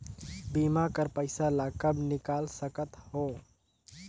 बीमा कर पइसा ला कब निकाल सकत हो?